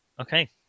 Okay